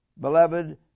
Beloved